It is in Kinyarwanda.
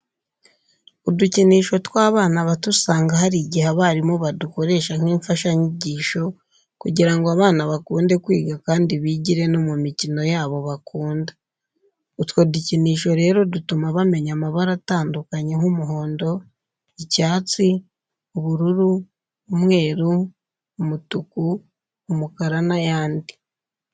Udukinisho tw'abana bato usanga hari igihe abarimu badukoresha nk'imfashanyigisho kugira ngo abana bakunde kwiga kandi bigire no mu mikino yabo bakunda. Utwo dukinisho rero dutuma bamenya amabara atandukanye nk'umuhondo, icyatsi, ubururu, umweru, umutuku, umukara n'ayandi.